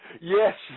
Yes